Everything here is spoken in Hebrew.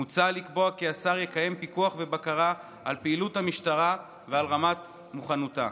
מוצע לקבוע כי השר יקיים פיקוח ובקרה על פעילות המשטרה ועל רמת מוכנותה.